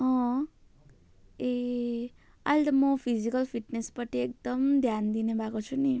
अँ ए अहिले त म फिजिकल फिटनेसपट्टि एकदम ध्यान दिने भएको छु नि